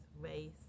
race